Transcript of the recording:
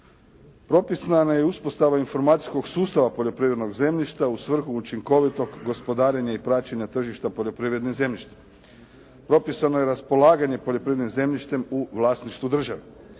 Propisana je i uspostava informacijskog sustava poljoprivrednog zemljišta u svrhu učinkovitog gospodarenja i praćenja tržišta poljoprivrednih zemljišta. Propisano je raspolaganje poljoprivrednim zemljištem u vlasništvu države.